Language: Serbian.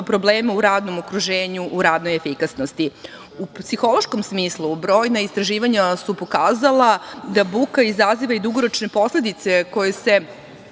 problema u radnom okruženju u radnoj efikasnosti. U psihološkom smislu brojna istraživanja su pokazala da buka izaziva i dugoročne posledice koje se